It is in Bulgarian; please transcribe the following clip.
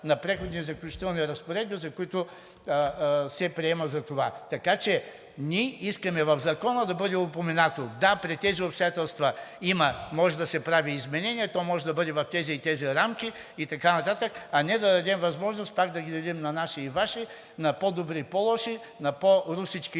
на Преходните и заключителните разпоредби, с които се приема това. Така че ние искаме в Закона да бъде упоменато: да, при тези обстоятелства има, може да се прави изменение, то може да бъде в тези и тези рамки и така нататък, а не да дадем възможност пак да ги делим на наши и Ваши, на по-добри и по-лоши, на по-русички